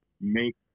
make